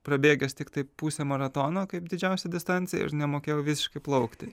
prabėgęs tiktai pusę maratono kaip didžiausią distanciją ir nemokėjau visiškai plaukti